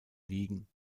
ligen